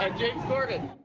james corden.